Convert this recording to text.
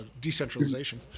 decentralization